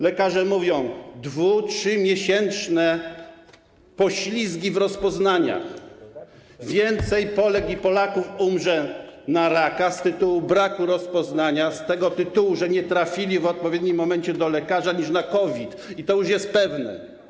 Lekarze mówią: 2-, 3-miesięczne poślizgi w rozpoznaniach, więcej Polek i Polaków umrze na raka z tytułu braku rozpoznania, z tego tytułu, że nie trafili w odpowiednim momencie do lekarza, niż na COVID, i to już jest pewne.